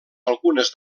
algunes